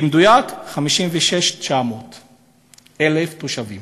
במדויק: 56,900 תושבים.